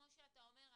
כמו שאתה אומר,